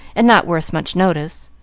and not worth much notice.